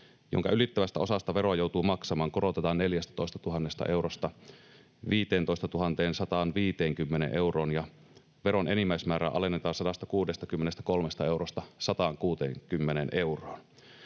jonka ylittävästä osasta veroa joutuu maksamaan, korotetaan 14 000 eurosta 15 150 euroon, ja veron enimmäismäärä alennetaan 163 eurosta 160 euroon.